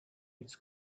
its